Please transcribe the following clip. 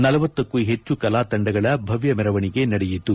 ಳಂಕ್ಕೂ ಹೆಚ್ಚು ಕಲಾ ತಂಡಗಳ ಭವ್ಯ ಮೆರವಣಿಗೆ ನಡೆಯಿತು